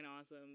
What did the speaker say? awesome